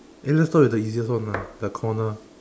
eh let's start with the easiest one lah the corner